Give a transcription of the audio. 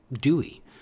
Dewey